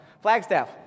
Flagstaff